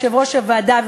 יושב-ראש הוועדה,